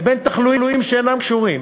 לבין תחלואים שאינם קשורים.